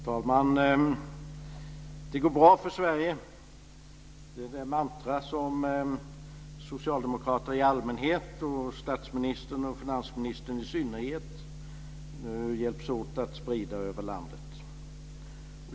Fru talman! Det går bra för Sverige. Det är det mantra som socialdemokrater i allmänhet och statsministern och finansministern i synnerhet nu hjälps åt att sprida över landet.